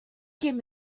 give